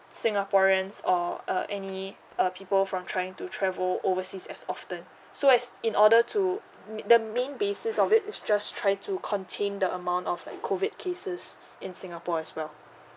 singaporeans or uh any uh people from trying to travel overseas as often so as in order to meet the main basis of it is just try to contain the amount of like COVID cases in singapore as well